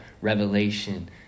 revelation